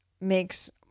makes